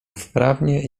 wprawnie